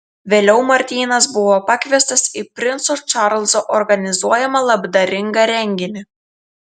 vėliau martynas buvo pakviestas į princo čarlzo organizuojamą labdaringą renginį